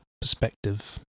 perspective